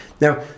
Now